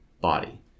body